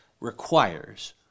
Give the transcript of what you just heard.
requires